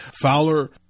Fowler